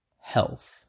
health